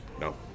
No